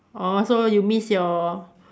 orh so you miss your